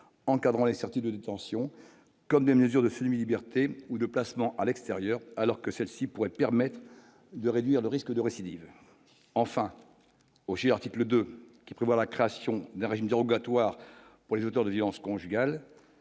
encadrant les sorties de détention comme des mesures de semi-liberté ou de placement à l'extérieur, alors que celle-ci pourrait permettre de réduire le risque de récidive enfin aussi l'article 2 qui prévoit la création d'un régime dérogatoire pour les auteurs de violences conjugales